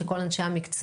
של כל אנשי המקצוע,